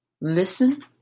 Listen